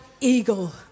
eagle